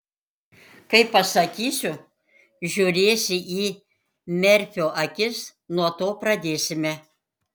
kai pasakysiu žiūrėsi į merfio akis nuo to pradėsime